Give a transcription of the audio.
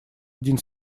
один